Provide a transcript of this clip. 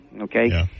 okay